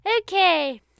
Okay